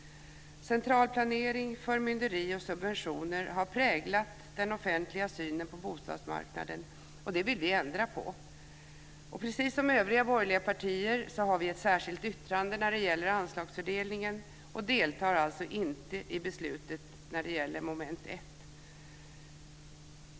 Centralplanering, förmynderi och subventioner har präglat den offentliga synen på bostadsmarknaden, och detta vill vi ändra på. Precis som övriga borgerliga partier har vi ett särskilt yttrande när det gäller anslagsfördelningen och deltar alltså inte i beslutet angående punkt 1.